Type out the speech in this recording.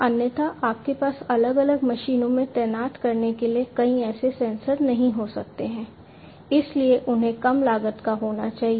अन्यथा आपके पास अलग अलग मशीनों में तैनात करने के लिए कई ऐसे सेंसर नहीं हो सकते हैं इसलिए उन्हें कम लागत का होना चाहिए